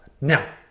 Now